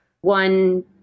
one